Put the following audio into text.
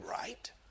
right